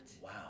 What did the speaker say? Wow